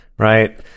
Right